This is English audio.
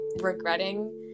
regretting